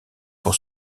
pour